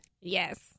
Yes